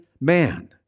man